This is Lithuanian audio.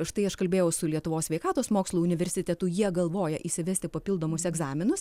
štai aš kalbėjau su lietuvos sveikatos mokslų universitetu jie galvoja įsivesti papildomus egzaminus